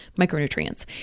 micronutrients